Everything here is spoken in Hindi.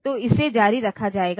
तो इसे जारी रखा जाएगा